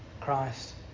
Christ